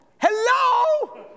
Hello